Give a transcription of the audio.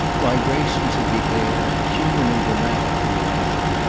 vibrations of the air, human and dramatic, he imagined,